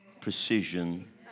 precision